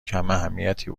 کماهمیتی